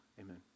Amen